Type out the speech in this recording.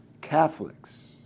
Catholics